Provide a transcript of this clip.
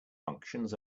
functions